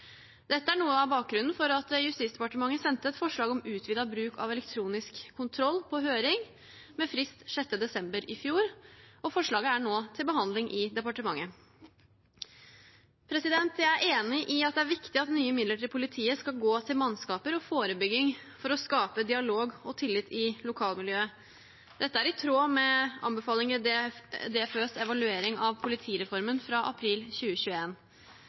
Dette er noe av bakgrunnen for at Justisdepartementet sendte et forslag om utvidet bruk av elektronisk kontroll på høring, med frist 6. desember i fjor. Forslaget er nå til behandling i departementet. Jeg er enig i at det er viktig at nye midler til politiet skal gå til mannskaper og forebygging for å skape dialog og tillit i lokalmiljøet. Dette er i tråd med anbefalingene i DFØs evaluering av politireformen fra april